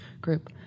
group